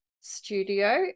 Studio